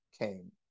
came